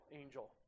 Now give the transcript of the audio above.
angel